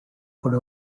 could